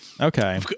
Okay